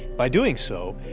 by doing so,